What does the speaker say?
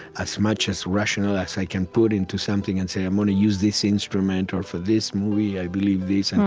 as much as rational as i can put into something and say, i'm going to use this instrument, or, for this movie, i believe this. and